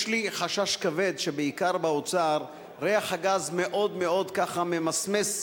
יש לי חשש כבד שבעיקר באוצר ריח הגז מאוד-מאוד ממסמס,